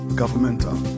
governmental